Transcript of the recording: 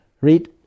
read